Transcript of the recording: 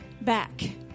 back